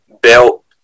belt